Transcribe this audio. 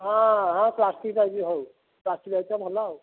ହଁ ହଁ plastic pipe ହେଉ ପ୍ଲାଷ୍ଟିକ ପାଇପ୍ ତ ଭଲ ଆଉ